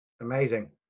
Amazing